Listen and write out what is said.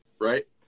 right